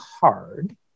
hard